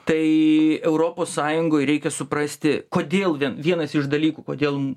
tai europos sąjungoj reikia suprasti kodėl vien vienas iš dalykų kodėl